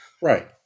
Right